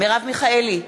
מרב מיכאלי,